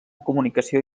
comunicació